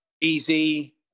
easy